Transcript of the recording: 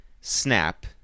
snap